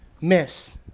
miss